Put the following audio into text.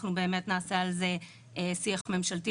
אנחנו באמת נעשה על זה שיח ממשלתי,